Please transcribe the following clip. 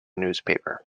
newspaper